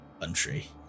country